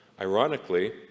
Ironically